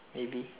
maybe